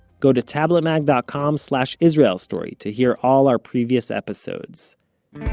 go to tabletmag dot com slash israel story to hear all our previous episodes.